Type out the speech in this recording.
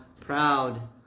proud